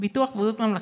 ביטוח בריאות ממלכתי.